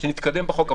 נראה כשנתקדם בחוק.